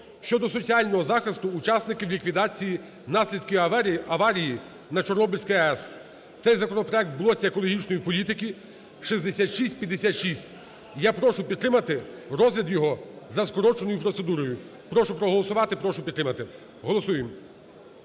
(щодо соціального захисту учасників ліквідації наслідків аварії на Чорнобильській АЕС). Цей законопроект в блоці екологічної політики 6656. Я прошу підтримати розгляд його за скороченою процедурою. Прошу проголосувати, прошу підтримати. Голосуємо.